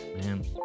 man